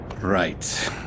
Right